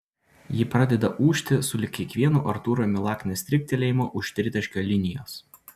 ji pradeda ūžti sulig kiekvienu artūro milaknio striktelėjimu už tritaškio linijos